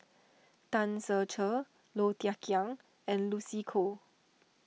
Tan Ser Cher Low Thia Khiang and Lucy Koh